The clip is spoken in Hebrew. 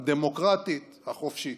הדמוקרטית, החופשית.